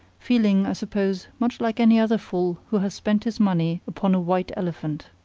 feeling, i suppose, much like any other fool who has spent his money upon a white elephant.